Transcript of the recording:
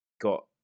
got